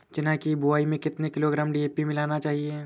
चना की बुवाई में कितनी किलोग्राम डी.ए.पी मिलाना चाहिए?